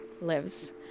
lives